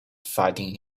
fighting